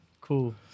Cool